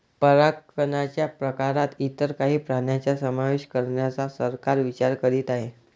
परागकणच्या प्रकारात इतर काही प्राण्यांचा समावेश करण्याचा सरकार विचार करीत आहे